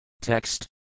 Text